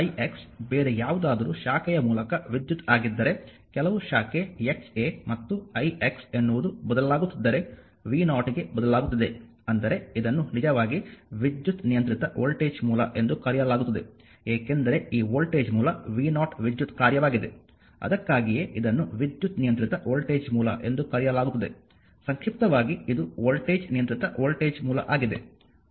Ix ಬೇರೆ ಯಾವುದಾದರೂ ಶಾಖೆಯ ಮೂಲಕ ವಿದ್ಯುತ್ ಆಗಿದ್ದರೆ ಕೆಲವು ಶಾಖೆ x a ಮತ್ತು ix ಎನ್ನುವುದು ಬದಲಾಗುತ್ತಿದ್ದರೆ v0 ಗೆ ಬದಲಾಗುತ್ತಿದೆ ಅಂದರೆ ಇದನ್ನು ನಿಜವಾಗಿ ವಿದ್ಯುತ್ ನಿಯಂತ್ರಿತ ವೋಲ್ಟೇಜ್ ಮೂಲ ಎಂದು ಕರೆಯಲಾಗುತ್ತದೆ ಏಕೆಂದರೆ ಈ ವೋಲ್ಟೇಜ್ ಮೂಲ v0 ವಿದ್ಯುತ್ ಕಾರ್ಯವಾಗಿದೆ ಅದಕ್ಕಾಗಿಯೇ ಇದನ್ನು ವಿದ್ಯುತ್ ನಿಯಂತ್ರಿತ ವೋಲ್ಟೇಜ್ ಮೂಲ ಎಂದು ಕರೆಯಲಾಗುತ್ತದೆ ಸಂಕ್ಷಿಪ್ತವಾಗಿ ಇದು ವೋಲ್ಟೇಜ್ ನಿಯಂತ್ರಿತ ವೋಲ್ಟೇಜ್ ಮೂಲ ಆಗಿದೆ